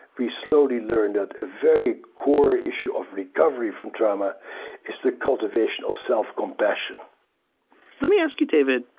we slowly learn the very core issue of recovery from trauma is the cultivation of self compassion let me ask you, david.